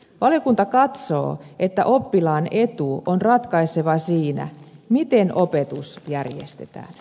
valiokunta katsoo että oppilaan etu on ratkaiseva siinä miten opetus järjestetään